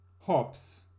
hops